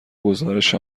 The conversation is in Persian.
گزارش